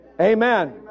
Amen